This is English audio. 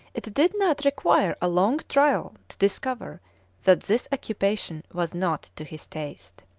it did not require a long trial to discover that this occupation was not to his taste.